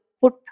put